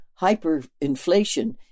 hyperinflation